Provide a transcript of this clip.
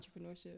entrepreneurship